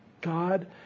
God